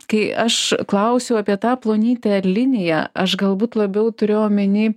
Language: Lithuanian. kai aš klausiau apie tą plonytę liniją aš galbūt labiau turėjau omeny